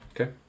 Okay